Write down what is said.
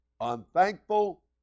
unthankful